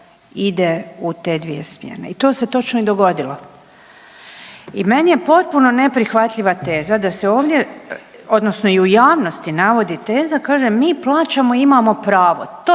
ide u te dvije smjene i to se točno i dogodilo. I meni je potpuno neprihvatljiva teza da se ovdje odnosno i u javnosti navodi teza, kaže mi plaćamo i imamo pravo,